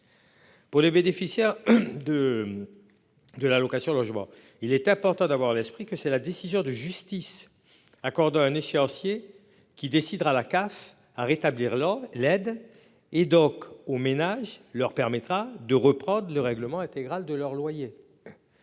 Pour les bénéficiaires de. De l'allocation logement. Il est important d'avoir à l'esprit que c'est la décision de justice accorde un échéancier qui décidera la CAF à rétablir l'ordre, l'aide et donc aux ménages, leur permettra de reprendre le règlement intégral de leur loyer.